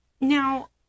now